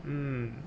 mm